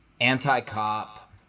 anti-cop